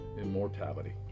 immortality